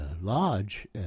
Lodge